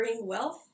wealth